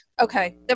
Okay